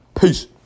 Peace